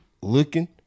looking